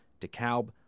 DeKalb